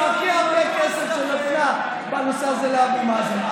עם הכי כסף שנתנה בנושא הזה לאבו מאזן.